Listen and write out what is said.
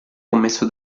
commesso